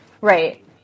Right